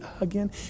again